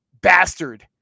bastard